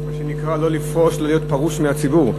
מה שנקרא לא לפרוש, לא להיות פרוש מהציבור.